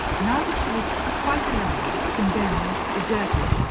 now that he was quite alone, condemned, deserted,